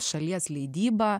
šalies leidybą